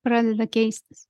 pradeda keistis